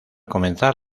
comenzar